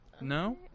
No